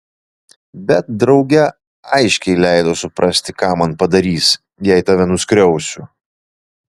bet drauge aiškiai leido suprasti ką man padarys jei tave nuskriausiu